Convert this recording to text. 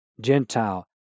Gentile